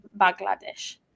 Bangladesh